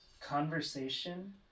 conversation